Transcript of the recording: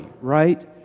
right